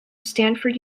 stanford